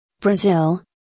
Brazil